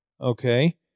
okay